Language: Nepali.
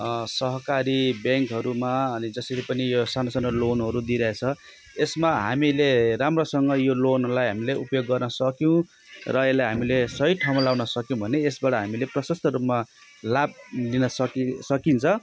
सहकारी ब्याङ्कहरूमा अनि जसरी पनि यो सानु सानु लोनहरू दिइरहेछ यसमा हामीले राम्रोसँग यो लोनलाई हामीले उपयोग गर्न सक्यौँ र यसलाई हामीले सही ठाउँमा लगाउन सक्यौँ भने यसबाट हामीले प्रशस्त रूपमा लाभ लिन सकि सकिन्छ